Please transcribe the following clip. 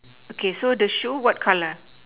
okay so the shoe what color